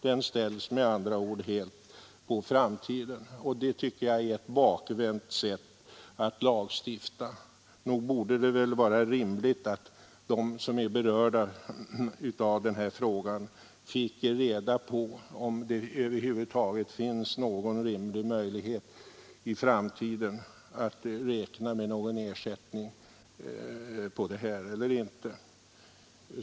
Det ställs med andra ord på framtiden, och det tycker jag är ett bakvänt sätt att lagstifta. Nog vore det rimligt att de som är berörda av frågan fick reda på om det över huvud taget finns någon möjlighet i framtiden att räkna med ersättning eller inte.